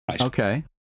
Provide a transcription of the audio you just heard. Okay